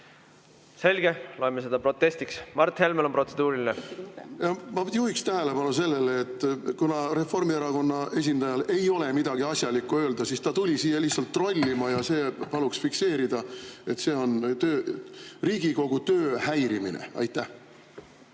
Selge, loeme seda protestiks. Mart Helmel on protseduuriline. Ma juhiksin tähelepanu sellele, et kuna Reformierakonna esindajal ei ole midagi asjalikku öelda, siis ta tuli siia lihtsalt trollima. Paluks fikseerida, et see on Riigikogu töö häirimine. Ma